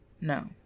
No